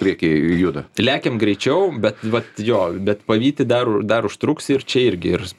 priekį juda lekiam greičiau bet vat jo bet pavyti dar dar užtruks ir čia irgi ir